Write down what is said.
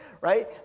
right